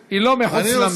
היא לא מחוץ למליאה.